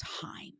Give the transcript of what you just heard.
time